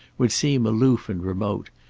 would seem aloof and remote,